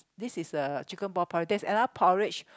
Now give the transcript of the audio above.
this is a chicken ball porridge there's another porridge